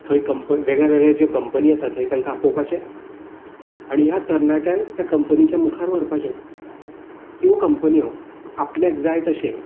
थंय कंप वेगळे वेगळे ज्यो कंपनी आसा थंय तांकां आपोवपाचें आनी ह्या तरणाट्यांक त्या कंपनीच्या मुखार व्हरपाचें त्यो कंपन्यो आपल्याक जाय तशें